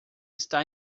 está